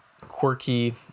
quirky